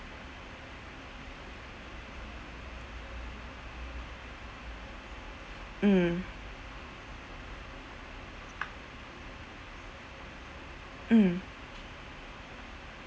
mm mm